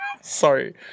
Sorry